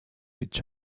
each